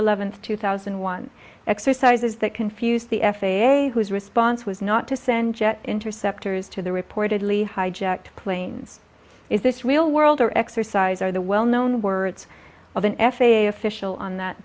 eleventh two thousand and one exercises that confuse the f a a whose response was not to send jet interceptors to the reportedly hijacked planes is this real world or exercise or the well known words of an f a a official on that